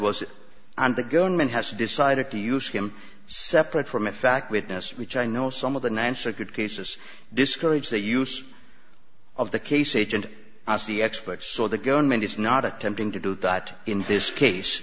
and the government has decided to use him separate from a fact witness which i know some of the ninth circuit cases discourage that use of the case agent as the expect so the government is not attempting to do that in this case